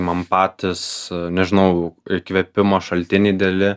man patys nežinau įkvėpimo šaltiniai dideli